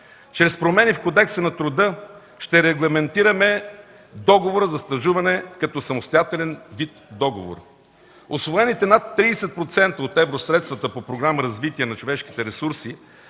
Чрез промени в Кодекса на труда ще регламентираме договора за стажуване като самостоятелен вид договор. Усвоените над 30% от евросредствата по Програма „Развитие на човешките ресурси”